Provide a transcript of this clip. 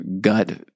gut